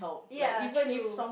ya true